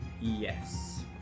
Yes